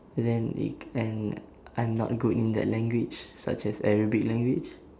and then it and I'm not good in that language such as arabic language